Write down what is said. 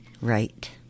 Right